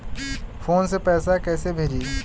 Phone से पैसा कैसे भेजी?